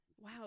wow